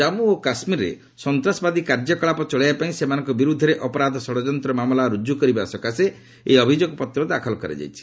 ଜାମ୍ମୁ ଓ କାଶ୍କୀରରେ ସନ୍ତାସବାଦୀ କାର୍ଯ୍ୟକଳାପ ଚଳାଇବା ପାଇଁ ସେମାନଙ୍କ ବିରୁଦ୍ଧରେ ଅପରାଧ ଷଡଯନ୍ତ ମାମଲା ରୁଜୁ କରିବା ସକାଶେ ଏହି ଅଭିଯୋଗପତ୍ର ଦାଖଲ କରାଯାଇଛି